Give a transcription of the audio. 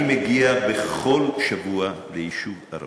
אני מגיע בכל שבוע ליישוב ערבי.